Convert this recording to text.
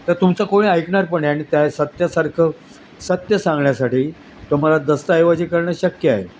तर तुमचं कोणी ऐकणार पण नाही आणि त्या सत्यासारखं सत्य सांगण्यासाठी तुम्हाला दस्तऐवजी करणं शक्य आहे